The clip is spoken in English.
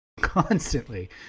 constantly